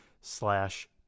slash